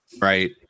Right